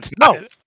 no